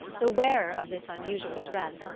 the wearer of this unusual dress,